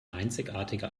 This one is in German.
einzigartige